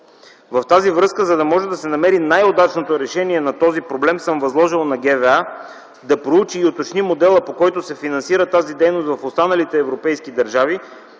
В тази връзка, за да може да се намери най-удачното решение на този проблем, съм възложил на ГВА да проучи и уточни модела, по който се финансира тази дейност в останалите европейски държави